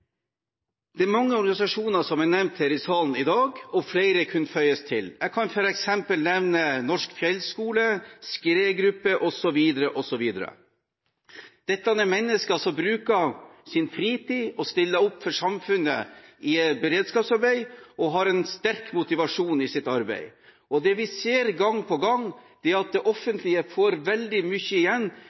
Det er mange organisasjoner som er nevnt her i salen i dag, og flere kunne føyes til. Jeg kan f.eks. nevne Den Norsk Fjellskolen, Skredgruppen osv. Dette er mennesker som bruker av sin fritid til å stille opp for samfunnet i beredskapsarbeid, og har en sterk motivasjon i sitt arbeid. Det vi ser gang på gang, er at det offentlige får veldig mye igjen